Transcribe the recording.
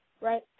right